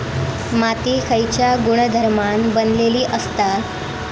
माती खयच्या गुणधर्मान बनलेली असता?